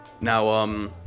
Now